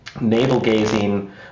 navel-gazing